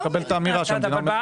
המדינה לא עושה